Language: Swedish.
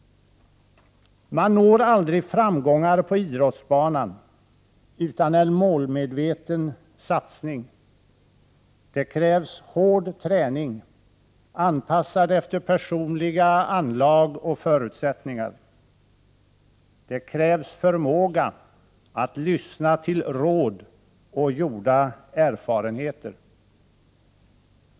Man når aldrig framgångar på idrottsbanan utan en målmedveten satsning. Det krävs hård träning, anpassad efter personliga anlag och förutsättningar. Det krävs förmåga att lyssna till råd och gjorda erfarenheter.